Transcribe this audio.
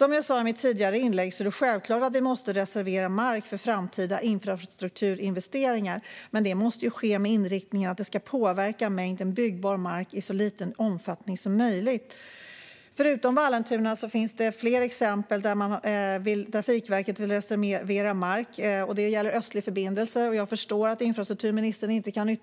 Som jag sa i mitt tidigare inlägg måste vi självklart reservera mark för framtida infrastrukturinvesteringar, men det måste ske med inriktningen att det ska påverka mängden byggbar mark i så liten omfattning som möjligt. Förutom Vallentuna finns fler exempel där Trafikverket vill reservera mark. Det gäller den östliga förbindelsen. Jag förstår att infrastrukturministern inte kan